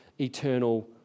eternal